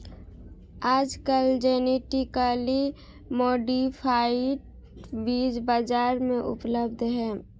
आजकल genetically modified बीज बाजार में उपलब्ध है